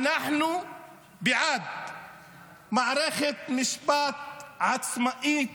אנחנו בעד מערכת משפט עצמאית,